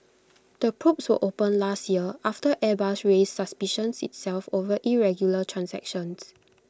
the probes were opened last year after airbus raised suspicions itself over irregular transactions